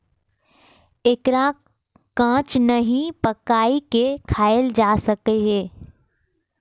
एकरा कांच नहि, पकाइये के खायल जा सकैए